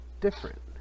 different